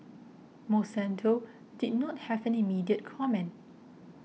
Monsanto did not have an immediate comment